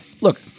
look